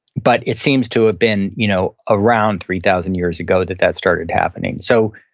but it seems to have been you know around three thousand years ago that that started happening. so,